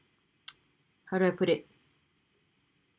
how do I put it